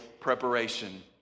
preparation